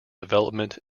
development